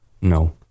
No